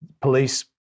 police